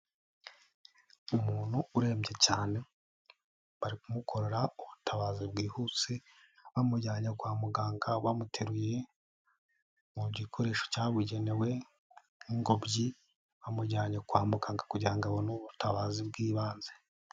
Umuntu urembye cyane bari kumukorera ubutabazi bwihuse bamujyanye kwa muganga bamuteruye, mu gikoresho cyabugenewe nk'ingobyi, bamujyanye kwa muganga kugira ngo abone ubutabazi bw'ibanze.